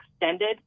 extended